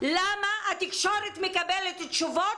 למה התקשורת מקבלת תשובות,